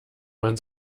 man